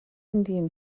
indian